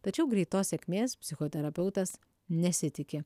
tačiau greitos sėkmės psichoterapeutas nesitiki